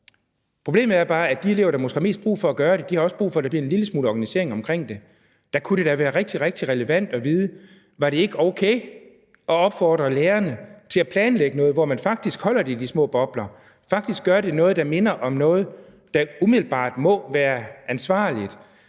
problemet er bare, at de elever, der har mest brug for det, også har brug for, at der bliver en lille smule organisering omkring det. Der kunne det da være rigtig relevant at vide, om det ikke ville være okay at opfordre lærerne til at planlægge noget, så man faktisk holder det inden for de små bobler og faktisk gør det på en måde, der umiddelbart må være ansvarligt.